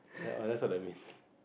that's all they means